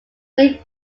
made